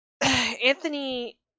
anthony